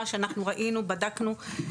מה שאנחנו ראינו בדקנו,